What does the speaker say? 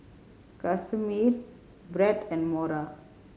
Casimir Bret and Mora